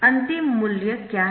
अंतिम मूल्य क्या है